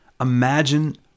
Imagine